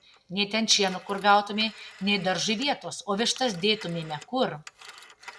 nei ten šieno kur gautumei nei daržui vietos o vištas dėtumėme kur